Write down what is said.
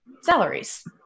salaries